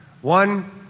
One